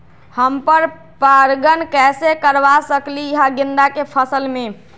हम पर पारगन कैसे करवा सकली ह गेंदा के फसल में?